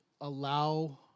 allow